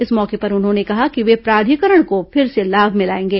इस मौके पर उन्होंने कहा कि ये प्राधिकरण को फिर से लाभ में लाएंगे